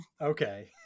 Okay